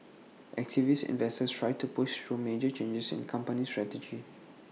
activist investors try to push through major changes in company strategy